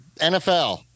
NFL